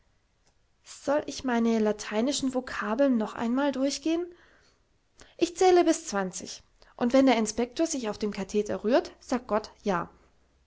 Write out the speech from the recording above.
soll ich meine lateinischen vocabeln noch einmal durchgehen ich zähle bis zwanzig und wenn der inspektor sich auf dem katheder rührt sagt gott ja